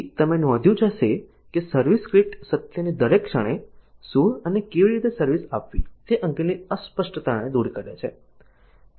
તેથી તમે નોંધ્યું જ હશે કે સર્વિસ સ્ક્રિપ્ટ સત્યની દરેક ક્ષણે શું અને કેવી રીતે સર્વિસ આપવી તે અંગેની અસ્પષ્ટતાને દૂર કરે છે